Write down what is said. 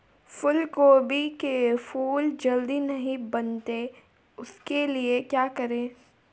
फूलगोभी के फूल जल्दी नहीं बनते उसके लिए क्या करें?